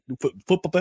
football